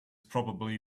probably